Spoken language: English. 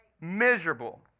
Miserable